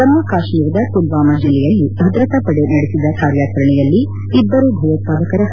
ಜಮ್ಲ ಕಾತ್ನೀರದ ಮಲ್ನಾಮಾ ಜಿಲ್ಲೆಯಲ್ಲಿ ಭದ್ರತಾ ಪಡೆ ನಡೆಸಿದ ಕಾರ್ಯಾಚರಣೆಯಲ್ಲಿ ಇಬ್ಬರು ಭಯೋತ್ತಾದಕರ ಪತ